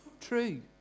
True